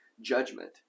judgment